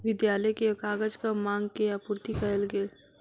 विद्यालय के कागजक मांग के आपूर्ति कयल गेल